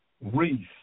Reese